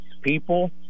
people